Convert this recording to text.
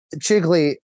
Chigley